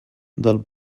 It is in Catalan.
del